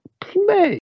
play